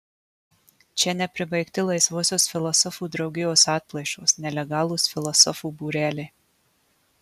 čia nepribaigti laisvosios filosofų draugijos atplaišos nelegalūs filosofų būreliai